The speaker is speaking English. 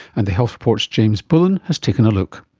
and the health report's james bullen has taken a look.